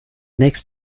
next